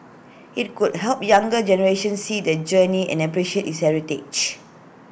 IT could help younger generations see that journey and appreciate its heritage